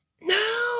No